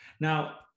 Now